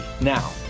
Now